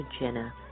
Jenna